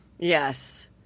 Yes